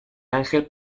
angel